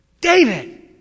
David